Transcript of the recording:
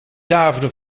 daverde